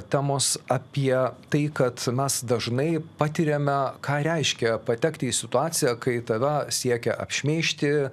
temos apie tai kad mes dažnai patiriame ką reiškia patekti į situaciją kai tave siekia apšmeižti